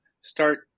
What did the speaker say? start